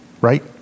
Right